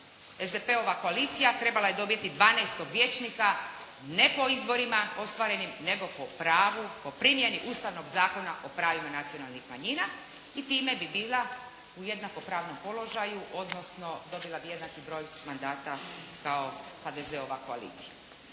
SDP-ova koalicija trebala je dobiti dvanaestog vijećnika ne po izborima ostvarenim nego po pravu, po primjeni Ustavnog zakona o pravima nacionalnih manjina i tim bi bila u jednako pravnome položaju, odnosno dobila bi jednaki broj mandata kao HDZ-ovo koalicija.